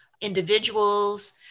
individuals